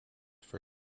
for